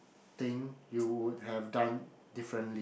thing you would have done differently